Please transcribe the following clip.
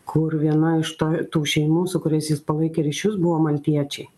kur viena iš to tų šeimų su kuriais jis palaikė ryšius buvo maltiečiai